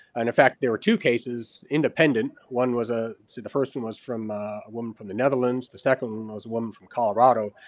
and in fact, there were two cases independent, one was a, see the first one was from a woman from the netherlands. the second one was a woman from colorado,